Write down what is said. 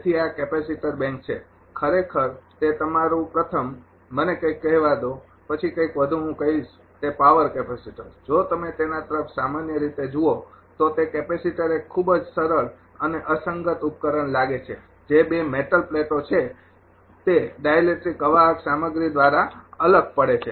તેથી આ capacitor bank છે ખરેખર તે તમારુ પ્રથમ મને કંઈક કહેવા દો પછી કંઈક વધુ હું કહીશ તે પાવર કેપેસિટર જો તમે તેના તરફ સામાન્ય રીતે જુઓ તો તે કેપેસિટર એક ખૂબ જ સરળ અને અસંગત ઉપકરણ લાગે છે જે બે મેટલ પ્લેટો છે જે ડાઇલેક્ટ્રિક અવાહક સામગ્રી દ્વારા અલગ પડે છે